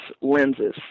lenses